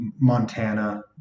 Montana